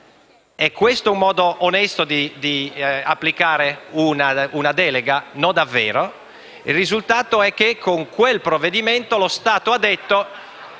È questo un modo onesto di esercitare una delega? No davvero. Il risultato è che con quel provvedimento lo Stato ha detto